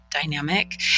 dynamic